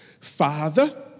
Father